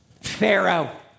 Pharaoh